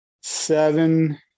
seven